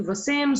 כבשים,